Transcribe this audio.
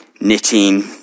knitting